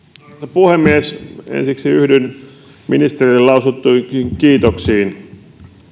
puhemies ensiksi yhdyn ministerille lausuttuihin kiitoksiin